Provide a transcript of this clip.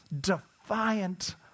defiant